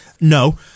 No